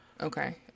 Okay